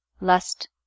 lust